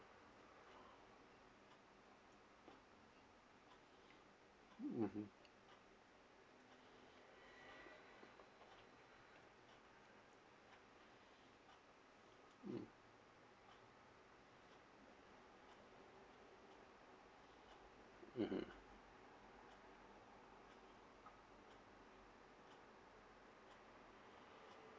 mmhmm mmhmm